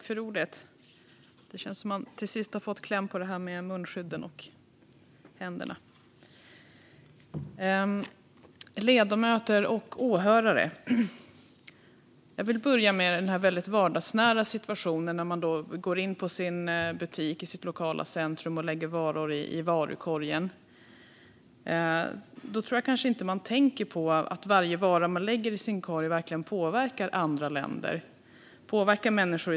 Fru talman, ledamöter och eventuella åhörare! Jag vill börja med den väldigt vardagsnära situationen när man går in i sin butik i sitt lokala centrum och lägger varor i varukorgen eller sitter i soffan och klickar i varor i sin digitala varukorg, som det oftast är nu i coronatider.